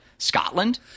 Scotland